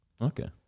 Okay